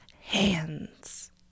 hands